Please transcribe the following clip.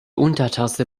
untertasse